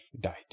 died